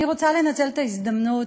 אני רוצה לנצל את ההזדמנות